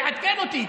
תעדכן אותי,